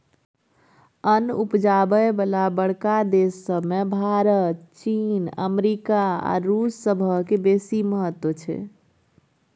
अन्न उपजाबय बला बड़का देस सब मे भारत, चीन, अमेरिका आ रूस सभक बेसी महत्व छै